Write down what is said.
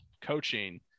coaching